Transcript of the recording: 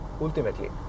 ultimately